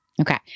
Okay